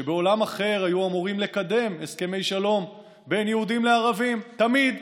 שבעולם אחר היו אמורים לקדם הסכמי שלום בין יהודים לערבים תמיד,